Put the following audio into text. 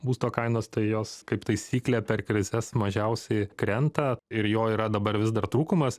būsto kainos tai jos kaip taisyklė per krizes mažiausiai krenta ir jo yra dabar vis dar trūkumas